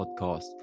podcast